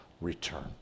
return